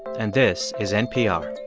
and this is npr